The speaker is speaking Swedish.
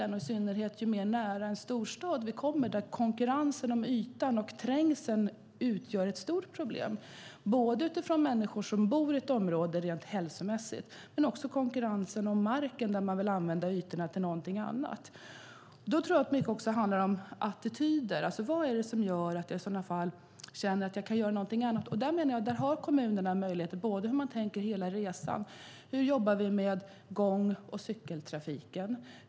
Det gäller i synnerhet ju närmare en storstad vi kommer. Där utgör konkurrensen om ytan och trängseln ett stort problem. Det gäller både hälsomässigt för de människor som bor i ett område men också konkurrensen om marken där man vill använda ytorna till någonting annat. Mycket handlar om attityder. Vad är det som gör att jag känner att jag kan göra någonting annat? Där har kommunerna möjlighet när man ser till hela resan. Hur jobbar vi med gång och cykeltrafiken?